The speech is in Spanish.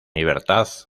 libertad